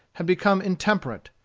had become intemperate,